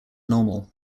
normal